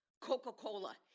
Coca-Cola